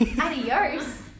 Adios